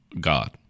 God